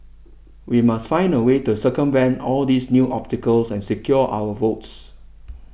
we must find a way to circumvent all these new obstacles and secure our votes